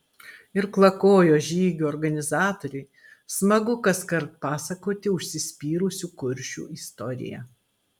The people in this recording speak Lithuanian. irklakojo žygių organizatoriui smagu kaskart pasakoti užsispyrusių kuršių istoriją